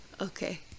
Okay